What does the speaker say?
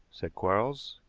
said quarles.